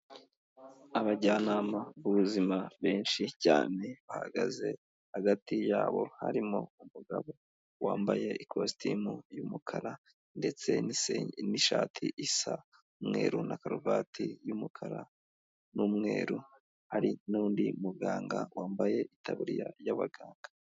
Abajyanama b'ubuzima benshi cyane bahagaze, hagati yabo harimo umugabo wambaye ikositimu y'umukara ndetse n'ishati isa umweru na karuvati y'umukara n'umweru, hari n'undi muganga wambaye itaburiya y'abaganga.